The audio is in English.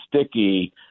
sticky